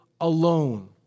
alone